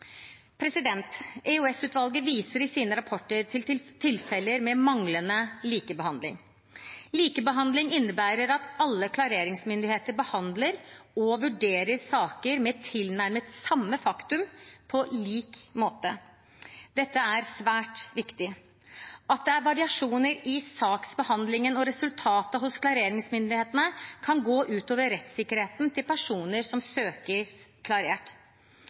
viser i sine rapporter til tilfeller med manglende likebehandling. Likebehandling innebærer at alle klareringsmyndigheter behandler og vurderer saker med tilnærmet samme faktum på lik måte. Dette er svært viktig. At det er variasjoner i saksbehandlingen og resultatet hos klareringsmyndighetene, kan gå ut over rettssikkerheten til personer som